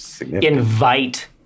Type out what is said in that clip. invite